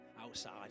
outside